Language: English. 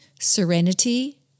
serenity